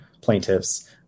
plaintiffs